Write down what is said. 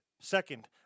second